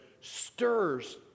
stirs